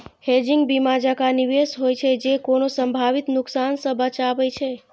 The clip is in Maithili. हेजिंग बीमा जकां निवेश होइ छै, जे कोनो संभावित नुकसान सं बचाबै छै